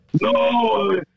no